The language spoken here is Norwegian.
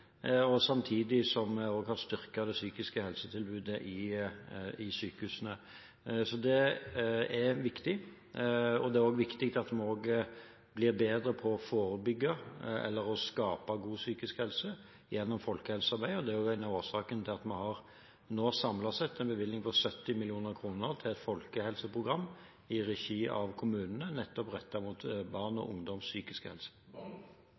samtidig som vi også har styrket det psykiske helsetilbudet i sykehusene. Det er viktig. Det er også viktig at vi blir bedre på å forebygge – eller å skape god psykisk helse – gjennom folkehelsearbeidet, og det er en av årsakene til at vi nå samlet sett har en bevilgning på 70 mill. kr til et folkehelseprogram i regi av kommunene nettopp rettet mot barn og ungdoms psykiske helse.